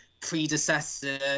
predecessor